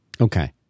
Okay